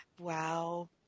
wow